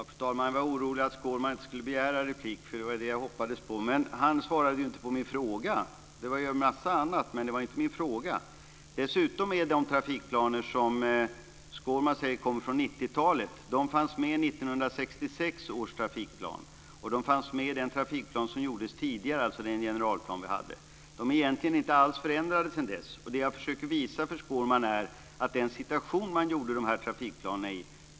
Fru talman! Jag var orolig att Skårman inte skulle begära replik, för jag hoppades på en sådan. Men han svarade ju inte på min fråga. Det var en massa annat, men inget svar på min fråga. De trafikplaner som Skårman säger kommer från 90-talet fanns med i 1966 års trafikplan. De fanns också med i den trafikplan som gjordes tidigare, dvs. den generalplan vi hade. De är egentligen inte alls förändrade sedan dess. Det jag försöker visa för Skårman är att situationen såg annorlunda ut när man gjorde de här trafikplanerna.